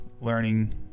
learning